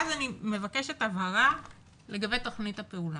ואז אני מבקשת הבהרה לגבי תכנית הפעולה.